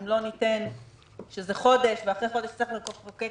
אם לא נקבע שזה חודש ואחרי חודש צריך לחוקק